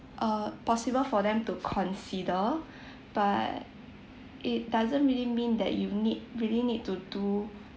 uh possible for them to consider but it doesn't really mean that you need really need to do